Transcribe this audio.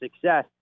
success